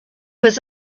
was